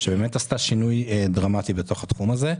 והיא באמת עשתה שינוי דרמטי בנושא הזה.